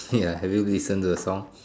ya have you listened to the song